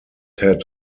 had